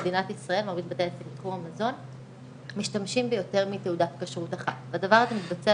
במדינת ישראל משתמשים ביותר מתעודת כשרות אחת והדבר הזה מתבצע